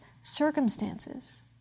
circumstances